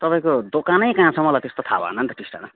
तपाईँको दोकानै कहाँ छ मलाई त्यस्तो थाहा भएन नि त टिस्टामा